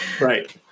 right